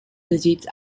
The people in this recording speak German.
besitzt